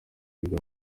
biga